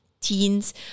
teens